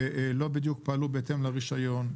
לא בדיוק פעלו בהתאם לרישיון,